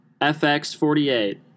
FX48